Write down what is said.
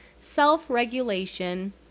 self-regulation